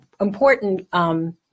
important